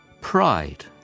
Pride